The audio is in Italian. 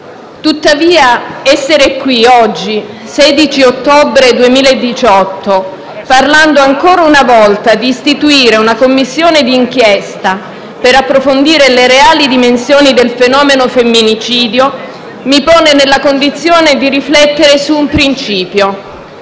Tuttavia, essere qui oggi, 16 ottobre 2018, e parlare ancora una volta di istituire una Commissione di inchiesta per approfondire le reali dimensioni del fenomeno femminicidio mi pone nella condizione di riflettere su un principio: